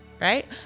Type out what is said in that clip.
right